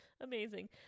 Amazing